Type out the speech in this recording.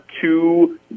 two